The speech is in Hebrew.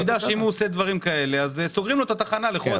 שהוא ידע שסוגרים לו את התחנה לחודש.